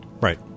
Right